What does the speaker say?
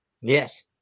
yes